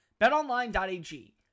betonline.ag